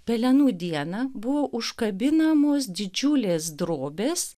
pelenų dieną buvo užkabinamos didžiulės drobės